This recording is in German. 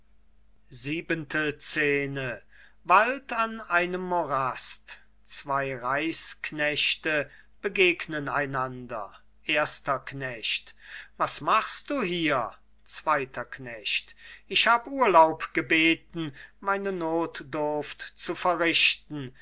zwei reichsknechte begegnen einander erster knecht was machst du hier zweiter knecht ich hab urlaub gebeten meine notdurft zu verrichten